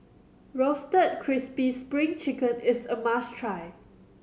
Roasted Crispy Spring Chicken is a must try